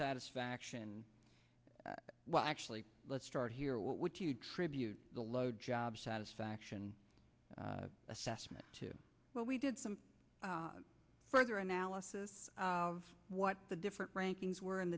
satisfaction well actually let's start here what would you tribute the low job satisfaction assessment to what we did some further analysis of what the different rankings were in